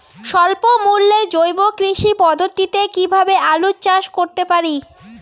স্বল্প মূল্যে জৈব কৃষি পদ্ধতিতে কীভাবে আলুর চাষ করতে পারি?